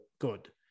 good